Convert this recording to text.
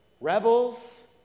rebels